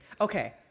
okay